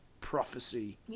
prophecy